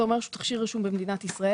זה אומר שהוא תכשיר רשום במדינת ישראל,